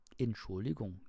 Entschuldigung